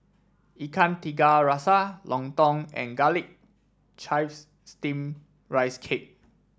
Ikan Tiga Rasa Lontong and garlic chives steam Rice Cake